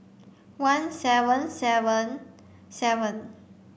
one seven seven seven